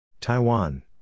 Taiwan